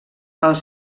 els